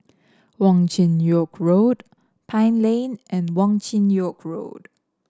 Wong Chin Yoke Road Pine Lane and Wong Chin Yoke Road